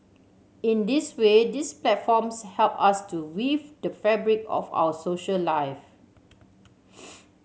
in this way these platforms help us to weave the fabric of our social lives